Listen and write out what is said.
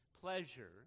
pleasure